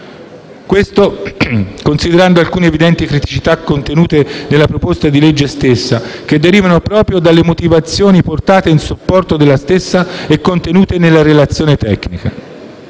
Questo considerando alcune evidenti criticità contenute nel disegno di legge stesso, che derivano proprio dalle motivazioni portate a supporto dello stesso e contenute nella relazione tecnica.